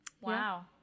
Wow